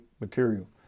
material